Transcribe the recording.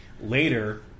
later